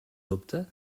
dubte